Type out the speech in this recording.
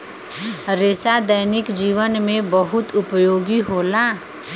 रेसा दैनिक जीवन में बहुत उपयोगी होला